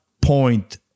point